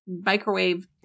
microwave